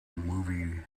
movie